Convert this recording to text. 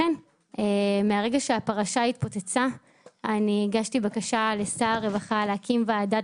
מהרגע שהפרשה התפוצצה הגשתי בקשה לשר האוצר להקים ועדת